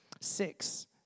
Six